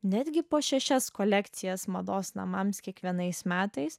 netgi po šešias kolekcijas mados namams kiekvienais metais